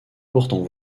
pourtant